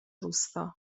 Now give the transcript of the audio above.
روستا